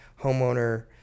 homeowner